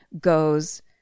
goes